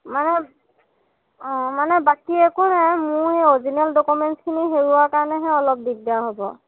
মানে অঁ মানে বাকী একো নাই মোৰ সেই অৰিজিনেল ডকুমেন্টছখিনি হেৰুৱা কাৰণেহে অলপ দিগদাৰ হ'ব